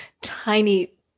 tiny